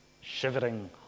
shivering